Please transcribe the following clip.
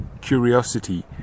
curiosity